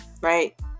right